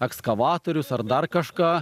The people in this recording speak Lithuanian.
ekskavatorius ar dar kažką